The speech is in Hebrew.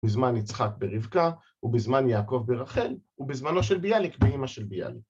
בזמן יצחק ברבקה, ובזמן יעקב ברחל, ובזמנו של ביאליק באימא של ביאליק